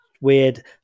weird